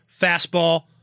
fastball